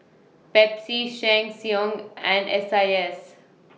Pepsi Sheng Siong and S I S